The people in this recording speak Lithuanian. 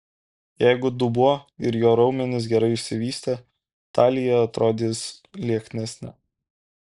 jeigu dubuo ir jo raumenys gerai išsivystę talija atrodys lieknesnė